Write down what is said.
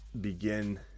begin